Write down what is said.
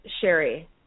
Sherry